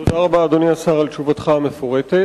תודה רבה, אדוני השר, על תשובתך המפורטת.